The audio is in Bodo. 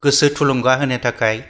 गोसो थुलुंगा होनो थाखाय